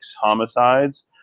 homicides